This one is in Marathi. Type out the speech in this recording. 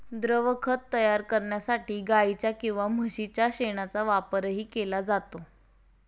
द्रवखत तयार करण्यासाठी गाईच्या किंवा म्हशीच्या शेणाचा वापरही केला जातो